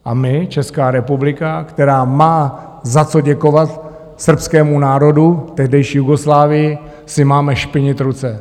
A my, Česká republika, která má za co děkovat srbskému národu, tehdejší Jugoslávii, si máme špinit ruce.